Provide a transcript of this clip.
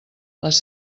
les